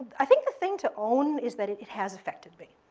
i think the thing to own is that it has affected me.